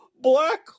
black